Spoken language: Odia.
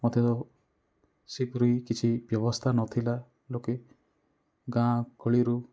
ମଧ୍ୟ ସେଇପରି କିଛି ବ୍ୟବସ୍ଥା ନଥିଲା ଲୋକେ ଗାଁ ଗହଳିରୁ